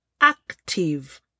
active